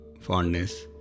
fondness